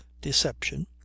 deception